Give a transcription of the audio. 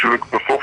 כדי שבסוף,